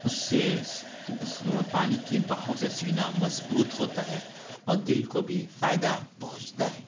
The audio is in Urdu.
اس سے اس پانی کی بہاؤ سے سینہ مضبوط ہوتا ہے اور دل کو بھی فائدہ پہنچتا ہے